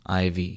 IV